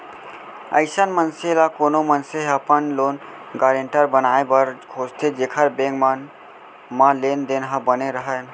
अइसन मनसे ल कोनो मनसे ह अपन लोन गारेंटर बनाए बर खोजथे जेखर बेंक मन म लेन देन ह बने राहय